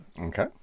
Okay